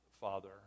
father